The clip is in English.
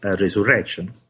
resurrection